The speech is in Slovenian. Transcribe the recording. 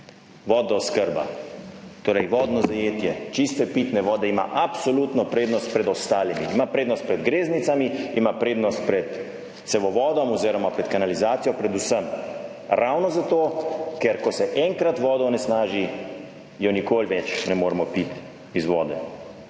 Vodooskrba, torej vodno zajetje čiste pitne vode ima absolutno prednost pred ostalimi, ima prednost pred greznicami, ima prednost 70. TRAK: (NB) – 15.45 (Nadaljevanje) pred cevovodom oziroma pred kanalizacijo, predvsem ravno zato, ker ko se enkrat voda onesnaži, jo nikoli več ne moremo piti iz vode.